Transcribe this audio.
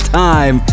time